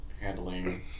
handling